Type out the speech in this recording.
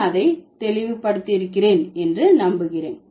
நான் அதை தெளிவுபடுத்தியிருக்கிறேன் என்று நம்புகிறேன்